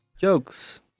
jokes